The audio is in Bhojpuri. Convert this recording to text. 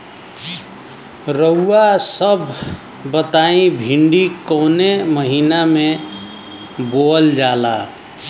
रउआ सभ बताई भिंडी कवने महीना में बोवल जाला?